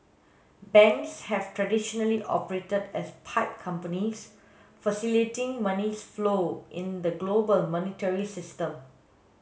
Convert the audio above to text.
banks have traditionally operated as pipe companies facilitating money flows in the global monetary system